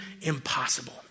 impossible